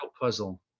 puzzle